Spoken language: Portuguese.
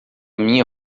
minha